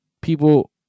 people